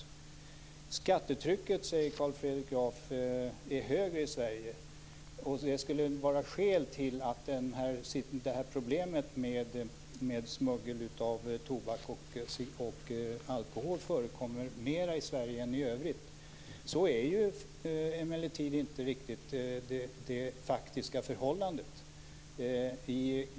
Carl Fredrik Graf säger att skattetrycket i Sverige är högre och att det skulle vara skälet till att problemet med smuggling av tobak och alkohol förekommer mera i Sverige än i övriga länder. Så är emellertid inte det faktiska förhållandet.